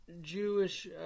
Jewish